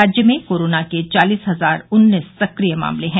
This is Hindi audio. राज्य में कोरोना के चालीस हजार उन्नीस सक्रिय मामले हैं